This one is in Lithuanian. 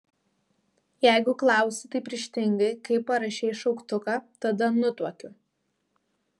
jeigu klausi taip ryžtingai kaip parašei šauktuką tada nutuokiu